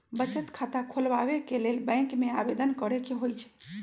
बचत खता खोलबाबे के लेल बैंक में आवेदन करेके होइ छइ